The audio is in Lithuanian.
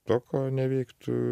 to ko neveiktų